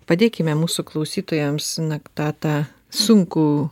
padėkime mūsų klausytojams nak tą tą sunkų